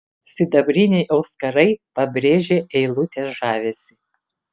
sidabriniai auskarai pabrėžė eilutės žavesį